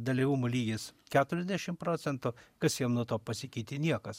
dalyvumo lygis keturiasdešim procentų kas jam nuo to pasikeitė niekas